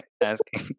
asking